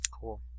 Cool